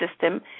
system